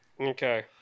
Okay